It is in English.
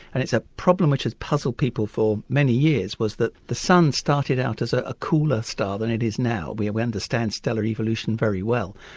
and it's a problem which has puzzled people for many years, that the sun started out as ah a cooler star than it is now. we we understand stellar evolution very well,